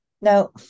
Now